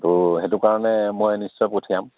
ত' সেইটো কাৰণে মই নিশ্চয় পঠিয়াম